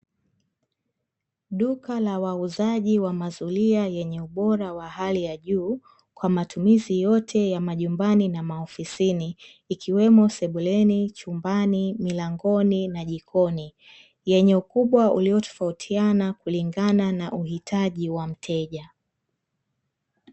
Duka la wauzaji wa mazulia yenye ubora wa hali ya juu kwa matumizi yote ya majumbani na maofisini ikiwemo sebuleni, chumbani, milangoni na jikoni yenye ukubwa uliotofautiana kulingana na uhitaji ya mteja.